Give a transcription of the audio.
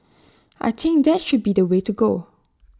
I think that should be the way to go